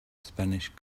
spanish